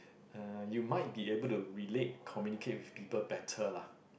uh you might be able to relate communicate with people better lah